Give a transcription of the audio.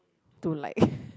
to like